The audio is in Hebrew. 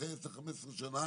אחרי 10 15 שנה